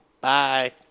Bye